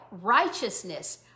Righteousness